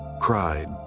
cried